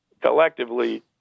collectively